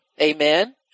Amen